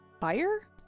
Fire